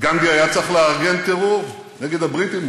גנדי היה צריך לארגן טרור נגד הבריטים.